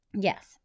Yes